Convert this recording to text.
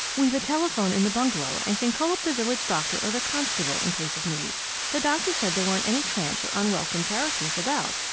we've a telephone in the bungalow and can call up the village doctor or the constable, in case of need. the doctor said there weren't any tramps or unwelcome characters about,